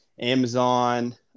Amazon